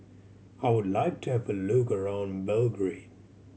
I would like to have a look around Belgrade